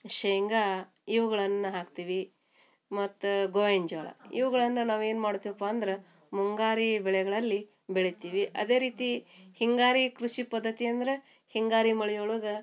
ಶೇಂಗಾ ಇವುಗಳನ್ನ ಹಾಕ್ತೀವಿ ಮತ್ತು ಗೋವಿನ ಜೋಳ ಇವುಗಳನ್ನ ನಾವು ಏನು ಮಾಡ್ತೀವಪ್ಪ ಅಂದ್ರೆ ಮುಂಗಾರಿ ಬೆಳೆಗಳಲ್ಲಿ ಬೆಳಿತೀವಿ ಅದೇ ರೀತಿ ಹಿಂಗಾರಿ ಕೃಷಿ ಪದ್ಧತಿ ಅಂದ್ರೆ ಹಿಂಗಾರಿ ಮಳೆ ಒಳಗೆ